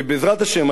ובעזרת השם,